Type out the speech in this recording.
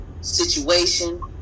situation